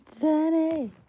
Danny